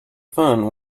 phone